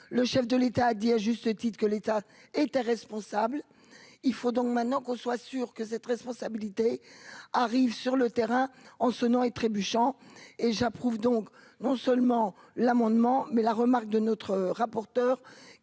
le chef de l'État a dit à juste titre, que l'État était responsable, il faut donc maintenant qu'on soit sûr que cette responsabilité arrive sur le terrain en sonnant et trébuchant et j'approuve donc non seulement l'amendement mais la remarque de notre rapporteur,